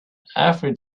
every